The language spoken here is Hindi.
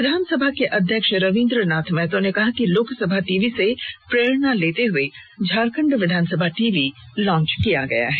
विधानसभा के अध्यक्ष रवीन्द्र नाथ महतो ने कहा कि लोकसभा टीवी से प्रेरणा लेते हए झारखंड विधानसभा टीवी लॉन्च किया गया है